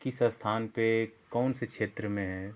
किस स्थान पर कौन से क्षेत्र में है